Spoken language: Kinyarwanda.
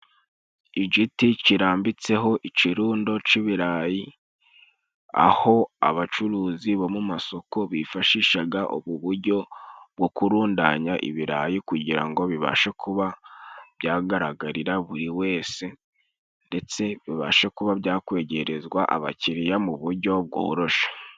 Igiti kirambitseho ikirundo c'ibirayi, aho abacuruzi bo mu masoko bifashishaga ubu buryo bwo kurudanya ibirayi, kugira ngo bibashe kuba byagaragarira buri wese, ndetse bibashe kuba byakwegerezwa abakiriya mu buryo bworoshye.